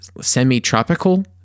semi-tropical